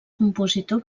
compositor